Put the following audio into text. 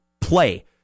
play